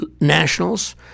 nationals